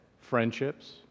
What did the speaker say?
friendships